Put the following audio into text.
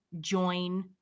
join